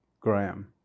Graham